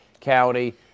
County